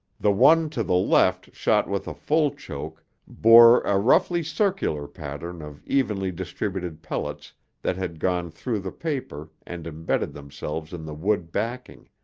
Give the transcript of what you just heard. the one to the left shot with a full choke bore a roughly circular pattern of evenly distributed pellets that had gone through the paper and imbedded themselves in the wood backing.